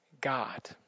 God